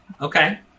Okay